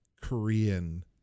korean